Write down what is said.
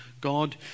God